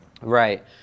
right